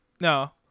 No